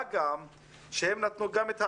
מה גם שהם נתנו גם את האדמה.